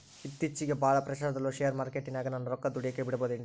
ಇತ್ತೇಚಿಗೆ ಬಹಳ ಪ್ರಚಾರದಲ್ಲಿರೋ ಶೇರ್ ಮಾರ್ಕೇಟಿನಾಗ ನನ್ನ ರೊಕ್ಕ ದುಡಿಯೋಕೆ ಬಿಡುಬಹುದೇನ್ರಿ?